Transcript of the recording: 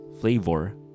flavor